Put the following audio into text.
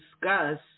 discuss